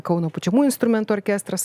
kauno pučiamųjų instrumentų orkestras